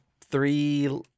three